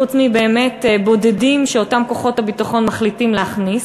חוץ מבאמת בודדים שאותם כוחות הביטחון מחליטים להכניס.